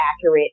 accurate